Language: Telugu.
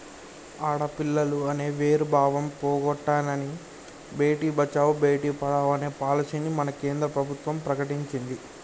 ఆడపిల్లలు అనే వేరు భావం పోగొట్టనని భేటీ బచావో బేటి పడావో అనే పాలసీని మన కేంద్ర ప్రభుత్వం ప్రకటించింది